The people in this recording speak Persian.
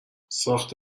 ساخت